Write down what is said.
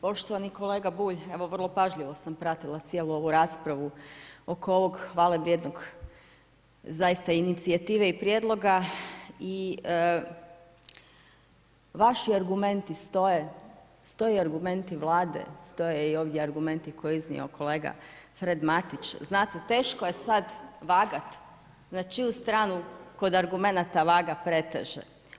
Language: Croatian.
Poštovani kolega Bulj, evo vrlo pažljivo sam pratila cijelu ovu raspravu oko ovog hvalevrijedne zaista inicijative i prijedloga i vaši argumenti, stoje i argumenti Vlade, stoje i ovdje argumenti koje iznio kolega Fred Matić, znate teško je sad vagat na čiju stranu kod argumenata vaga preteže.